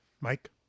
Mike